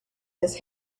his